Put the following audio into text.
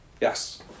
Yes